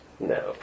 No